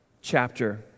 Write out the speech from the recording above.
chapter